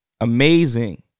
Amazing